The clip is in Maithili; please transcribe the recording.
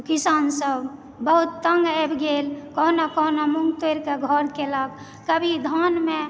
किसान सब बहुत तंग आबि गेल कोहुना कोहुना मूंग तोड़ि के घर केलक कभी धानमे